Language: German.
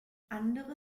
andere